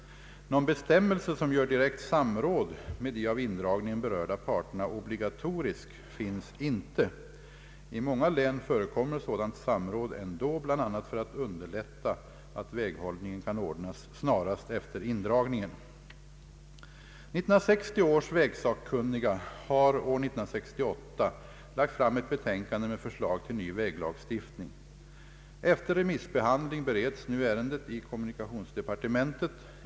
Någon bestämmelse som gör direkt samråd med de av indragningen berörda parterna obligatorisk finns inte. I många län förekommer sådant samråd ändå, bl.a. för att underlätta att väghållningen kan ordnas snarast efter indragningen. 1960 års vägsakkunniga har år 1968 lagt fram ett betänkande med förslag till ny väglagstiftning. Efter remissbehandling bereds nu ärendet i kommunikationsdepartementet.